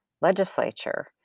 legislature